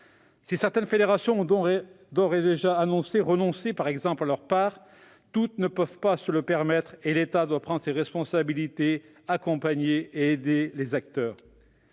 Si certaines fédérations ont d'ores et déjà annoncé vouloir renoncer à leur part, toutes ne peuvent pas se le permettre et l'État doit prendre ses responsabilités pour accompagner et aider les acteurs.